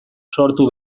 sortu